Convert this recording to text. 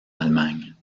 allemagne